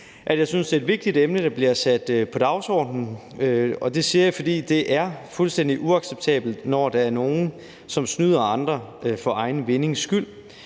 jeg synes, det er et vigtigt emne, der bliver sat på dagsordenen. Det siger jeg, fordi det er fuldstændig uacceptabelt, når der er nogle, der snyder andre for egen vindings skyld.